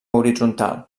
horitzontal